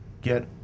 get